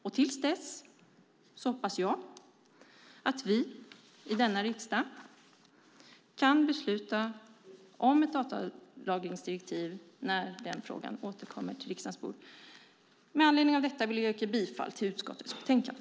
Jag hoppas att vi i denna riksdag kan besluta om ett datalagringsdirektiv när frågan återkommer till riksdagens bord. Med anledning av detta vill jag yrka bifall till förslaget i utskottets utlåtande.